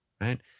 right